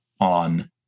on